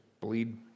bleed